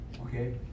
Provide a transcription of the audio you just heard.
Okay